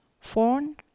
phone